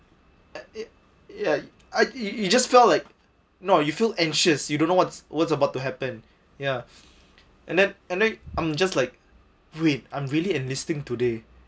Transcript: it it ya I you you just felt like no you feel anxious you don't know what's what's about to happen ya and then and then I'm just like wait I'm really enlisting today